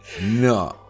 No